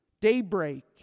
Daybreak